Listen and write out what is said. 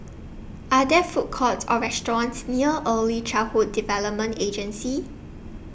Are There Food Courts Or restaurants near Early Childhood Development Agency